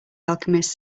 alchemist